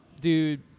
Dude